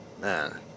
Man